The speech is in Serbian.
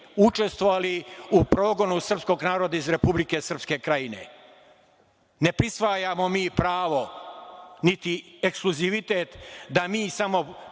u progonu srpskog naroda iz Republike Srpske Krajine. Ne prisvajamo mi pravo ni ekskluzivitet da mi samo